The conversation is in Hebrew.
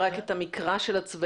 תסביר לי רגע רק את המקרא של הצבעים.